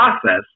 process